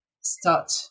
start